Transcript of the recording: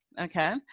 okay